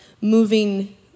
moving